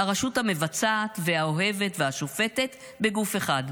/ הרשות המבצעת והאוהבת והשופטת / בגוף אחד.